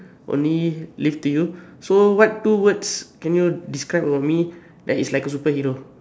only leave to you so what two words can you describe over me that is like a superhero